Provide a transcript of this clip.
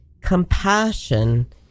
compassion